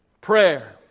prayer